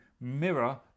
mirror